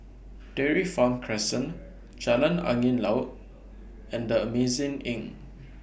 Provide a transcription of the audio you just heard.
Dairy Farm Crescent Jalan Angin Laut and The Amazing Inn